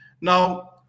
Now